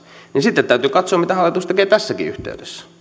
niin sitten täytyy katsoa mitä hallitus tekee tässäkin yhteydessä